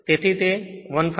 તેથી તે 15